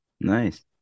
Nice